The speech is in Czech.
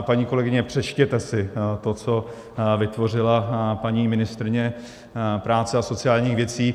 Paní kolegyně, přečtěte si, to, co vytvořila paní ministryně práce a sociálních věcí.